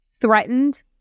threatened